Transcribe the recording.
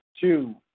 Two